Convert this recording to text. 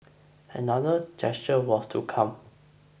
another gesture was to come